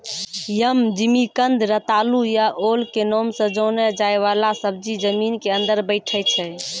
यम, जिमिकंद, रतालू या ओल के नाम सॅ जाने जाय वाला सब्जी जमीन के अंदर बैठै छै